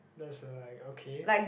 that's a like okay